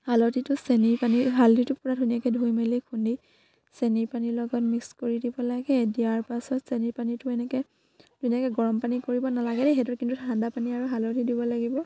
হালধিটো চেনি পানী হালধিটো পূৰা ধুনীয়াকে ধুই মেলি খুন্দি চেনিৰ পানীৰ লগত মিক্স কৰি দিব লাগে দিয়াৰ পাছত চেনিৰ পানীটো এনেকে ধুনীয়াকে গৰম পানী কৰিব নালাগে সেইটো কিন্তু ঠাণ্ডা পানী আৰু হালধি দিব লাগিব